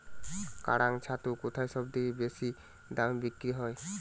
কাড়াং ছাতু কোথায় সবথেকে বেশি দামে বিক্রি হয়?